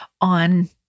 on